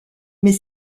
mais